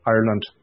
Ireland